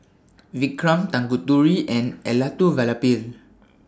Vikram Tanguturi and Elattuvalapil